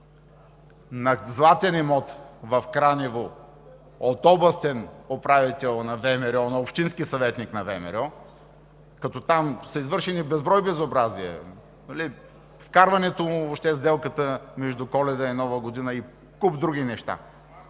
на златен имот в Кранево от областен управител на ВМРО на общински съветник на ВМРО, като там са извършени безброй безобразия, вкарването му въобще в сделката между Коледа и Нова година и куп други неща.